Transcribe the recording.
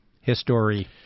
history